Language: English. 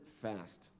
fast